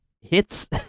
hits